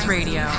Radio